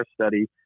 study